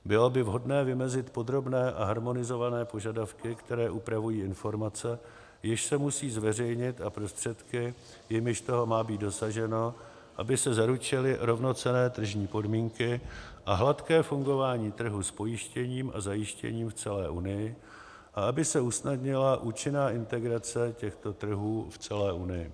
Bylo by vhodné vymezit podrobné a harmonizované požadavky, které upravují informace, jež se musí zveřejnit, a prostředky, jimiž toho má být dosaženo, aby se zaručily rovnocenné tržní podmínky a hladké fungování trhu s pojištěním a zajištěním v celé Unii a aby se usnadnila účinná integrace těchto trhů v celé Unii.